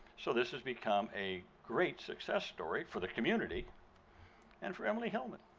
so this has become a great success story for the community and for emily hillman.